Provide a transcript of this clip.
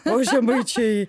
o žemaičiai